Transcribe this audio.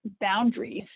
boundaries